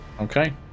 Okay